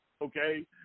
Okay